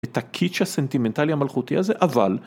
את הקיץ' הסנטימנטלי המלכותי הזה, אבל.